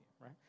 right